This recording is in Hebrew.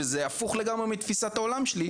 וזה הפוך לגמרי מתפיסת העולם שלי.